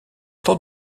temps